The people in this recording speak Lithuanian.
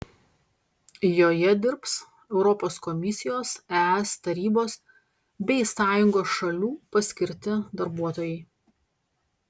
joje dirbs europos komisijos es tarybos bei sąjungos šalių paskirti darbuotojai